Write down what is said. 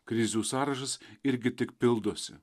krizių sąrašas irgi tik pildosi